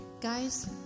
Guys